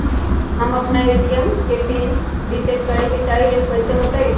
हम अपना ए.टी.एम के पिन रिसेट करे के चाहईले उ कईसे होतई?